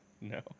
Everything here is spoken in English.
No